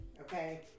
okay